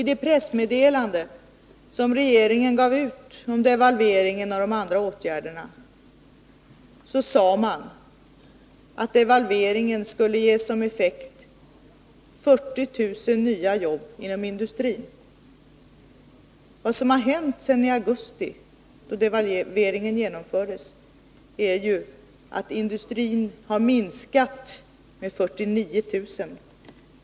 I det pressmeddelande som regeringen utfärdade om devalveringen och de andra åtgärderna sade man att devalveringen skulle ge som effekt 40 000 nya jobb inom industrin. Vad som har hänt sedan i augusti, då devalveringen genomfördes, är att antalet jobb i industrin har minskat med 49 000.